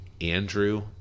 Andrew